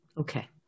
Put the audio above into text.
Okay